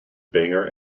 bangor